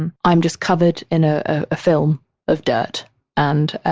and i'm just covered in a ah film of dirt and